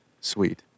Sweet